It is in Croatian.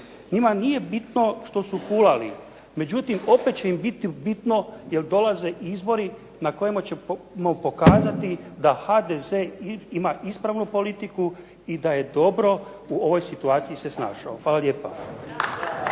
Njima nije bitno što su fulali, međutim opet će im biti bitno jer dolaze izbori na kojima ćemo pokazati da HDZ ima ispravnu politiku i da je dobro u ovoj situaciji se snašao. Hvala lijepa.